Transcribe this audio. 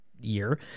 year